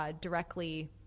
directly